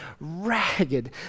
ragged